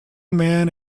men